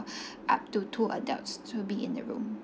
up to two adults to be in the room